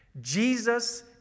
Jesus